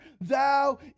thou